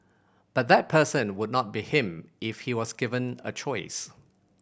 but that person would not be him if he was given a choice